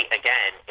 again